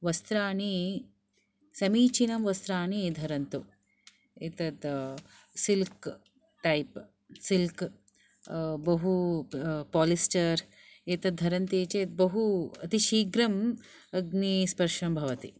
वस्त्राणि समीचिनं वस्त्राणि धरन्तु एतत् सिल्क् टैप् सिल्क् बहु पालिस्टर् एतद् धरन्ति चेत् बहु अति शीघ्रम् अग्निस्पर्शं भवति